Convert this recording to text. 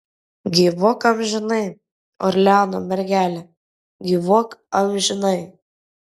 gyvuok amžinai orleano mergele gyvuok amžinai